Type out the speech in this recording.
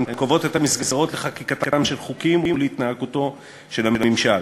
הן קובעות את המסגרות לחקיקתם של חוקים ולהתנהגותו של הממשל.